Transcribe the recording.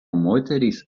moterys